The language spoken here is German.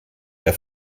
der